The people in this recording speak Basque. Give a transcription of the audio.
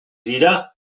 dira